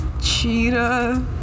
cheetah